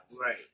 right